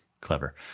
clever